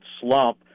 slump